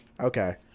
Okay